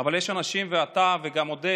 אבל יש אנשים, ואתה וגם עודד